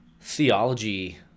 theology